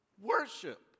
worship